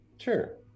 Sure